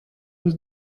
eus